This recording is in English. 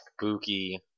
spooky